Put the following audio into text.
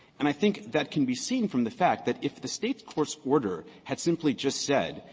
and i think that can be seen from the fact that if the state's court's order had simply just said,